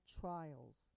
Trials